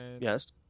Yes